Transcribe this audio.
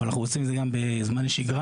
אבל אנחנו עושים את זה גם בזמן שגרה.